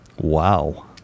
Wow